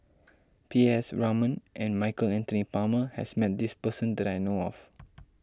P S Raman and Michael Anthony Palmer has met this person that I know of